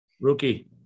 Rookie